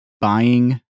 buying